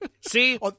See